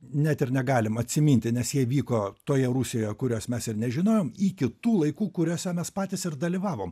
net ir negalim atsiminti nes jie vyko toje rusijoje kurios mes ir nežinojom iki tų laikų kuriuose mes patys ir dalyvavom